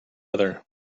other